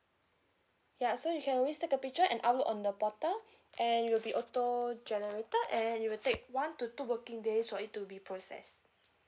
ya so you can always take a picture and upload on the portal and it'll be auto generated and then it will take one to two working days for it to be processed